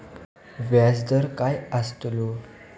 व्याज दर काय आस्तलो?